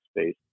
space